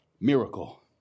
Miracle